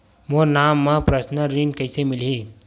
मोर नाम म परसनल ऋण कइसे मिलही?